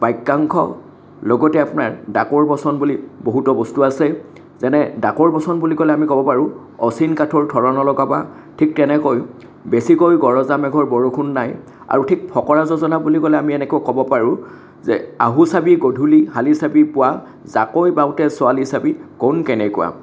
বাক্যাংশ লগতে আপোনাৰ ডাকৰ বচন বুলি বহুতো বস্তু আছে যেনে ডাকৰ বচন বুলি ক'লে আমি ক'ব পাৰোঁ অচিন কাঠৰ থোৰা নলগাবা ঠিক তেনেকৈ বেছিকৈ গৰজা মেঘৰ বৰষুণ নাই আৰু ঠিক ফকৰা যোজনা বুলি ক'লে আমি এনেকৈ ক'ব পাৰোঁ যে আহু চাবি গধূলি শালি চাবি পুৱা জাকৈ বাওঁতে ছোৱালী চাবি কোন কেনেকুৱা